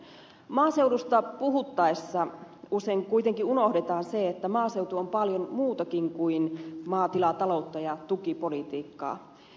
maaseudusta puhuttaessa usein kuitenkin unohdetaan se että maaseutu on paljon muutakin kuin maatilataloutta ja tukipolitiikkaa